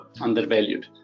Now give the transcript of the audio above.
undervalued